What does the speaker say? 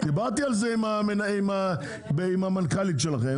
דיברתי על זה עם המנכ"לית של רשות התחרות,